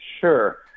Sure